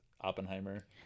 Oppenheimer